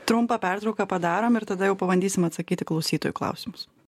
trumpą pertrauką padarom ir tada jau pabandysim atsakyt į klausytojų klausimus